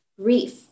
grief